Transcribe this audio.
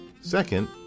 Second